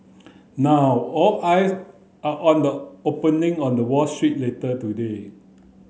now all eyes are on the opening on the Wall Street later today